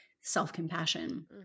self-compassion